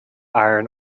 iron